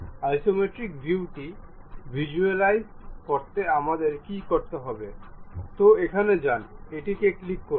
isometric ভিউটি visualise করতে আমাদের কী করতে হবে তো এখানে যান এটিতে ক্লিক করুন